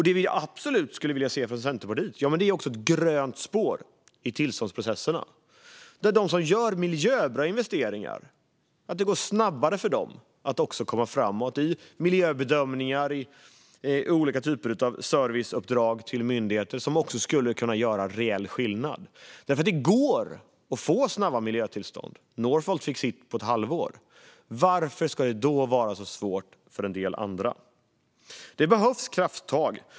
Det vi från Centerpartiets sida absolut skulle vilja se är ett grönt spår i tillståndsprocesserna, där det går snabbare för dem som gör miljöbra investeringar att komma framåt i miljöbedömningar och olika typer av serviceuppdrag till myndigheter som också skulle kunna göra reell skillnad. Det går att få snabba miljötillstånd - Northvolt fick sitt på ett halvår. Varför ska det då vara så svårt för en del andra? Det behövs krafttag.